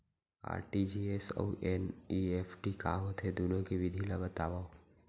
RTGS अऊ NEFT का होथे, दुनो के विधि ला बतावव